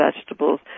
vegetables